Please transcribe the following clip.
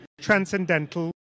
transcendental